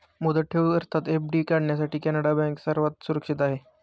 मुदत ठेव अर्थात एफ.डी काढण्यासाठी कॅनडा बँक सर्वात सुरक्षित आहे